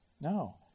No